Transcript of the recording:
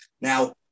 now